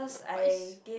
but is